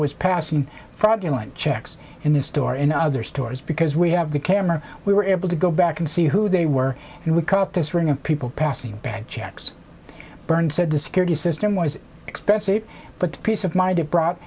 was passing fraudulent checks in the store in other stores because we have the camera we were able to go back and see who they were and we caught this ring of people passing bad checks byrne said the security system was expensive but peace of mind it brought